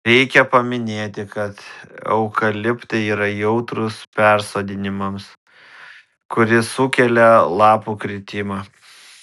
reikia paminėti kad eukaliptai yra jautrūs persodinimams kuris sukelia lapų kritimą